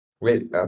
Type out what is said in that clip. Wait